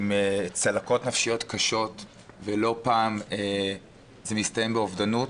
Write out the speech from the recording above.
עם צלקות נפשיות קשות ולא פעם זה מסתיים באובדנות,